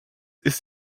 ist